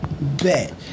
bet